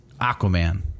Aquaman